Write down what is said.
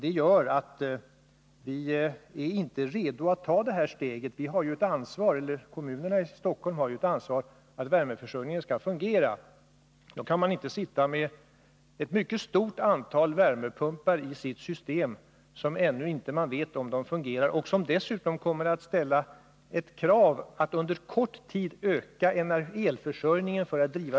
Det gör att vi inte är redo att ta detta steg. Kommunerna i Stockholm har ju ett ansvar för att värmeförsörjningen fungerar. Då kan man inte sitta med ett mycket stort antal värmepumpar i sitt system, som man ännu inte vet om de fungerar. Det kommer dessutom att ställas krav på att elförsörjningen ökar starkt under kort tid.